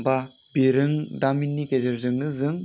बा बिरोंदिमिननि गेजेरजोंनो जों